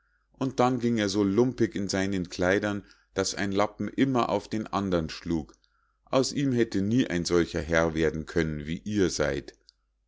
und dann ging er so lumpig in seinen kleidern daß ein lappen immer auf den andern schlug aus ihm hätte nie ein solcher herr werden können wie ihr seid